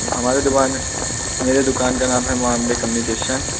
हमारी दुकान मेरी दुकान का नाम है माँ अंबे कम्निकेशन